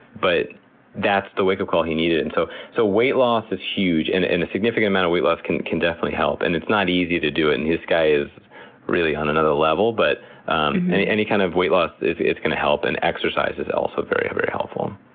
but that's the wake-up call he needed. so, so weight loss is huge, and and a significant amount of weight loss can can definitely help. and it's not easy to do it, and this guy is really on another level. but any any kind of weight loss is is going to help, and exercise is also very, very helpful.